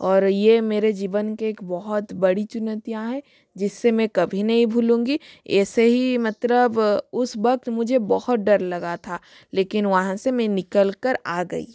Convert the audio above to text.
और ये मेरे जीवन की एक बहुत बड़ी चुनोतियाँ है जिसे में कभी नहीं भूलूँगी ऐसे ही मतलब उस वक़्त मुझे बहुत डर लगा था लेकिन वहाँ से मैं निकल कर आ गई